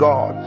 God